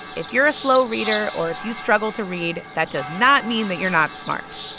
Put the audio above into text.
if you're a slow reader or if you struggle to read, that does not mean that you're not smart.